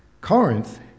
Corinth